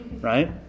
right